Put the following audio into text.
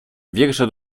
wiersze